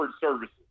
services